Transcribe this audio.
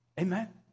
Amen